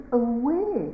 away